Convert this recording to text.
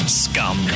scum